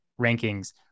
rankings